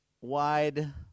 wide